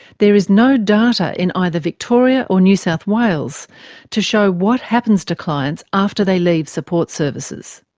there is no data in either victoria or new south wales to show what happens to clients after they leave support services.